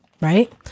right